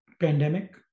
pandemic